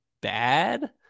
bad